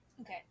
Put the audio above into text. Okay